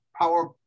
power